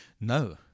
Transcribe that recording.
No